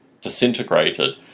disintegrated